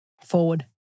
Forward